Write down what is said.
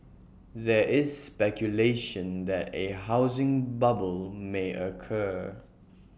there is speculation that A housing bubble may occur